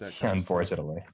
unfortunately